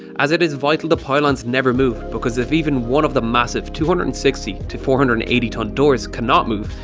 as it is vital the pylons never move, because if even one of the massive, two hundred and sixty to four hundred and eighty tonne doors, cannot move,